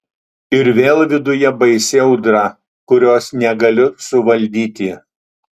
ir vėl viduj baisi audra kurios negaliu suvaldyti